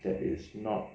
that is not